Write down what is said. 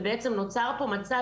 ובעצם נוצר מצב,